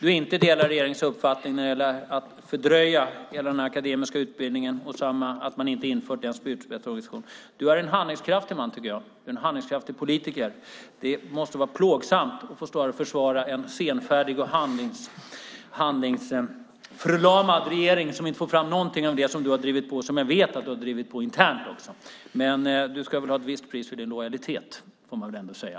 du inte delar regeringens uppfattning när det gäller att fördröja detta med akademisk utbildning och när det gäller att man inte infört en spjutspetsorganisation. Du är en handlingskraftig man, tycker jag - en handlingskraftig politiker. Det måste vara plågsamt att få stå här och försvara en senfärdig och handlingsförlamad regering som inte får fram någonting av det som du drivit på. Jag vet att du också internt har drivit på. Du ska väl ha ett visst pris för din lojalitet, får man väl ändå säga.